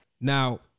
Now